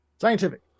scientific